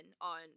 on